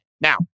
Now